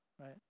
right